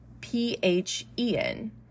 P-H-E-N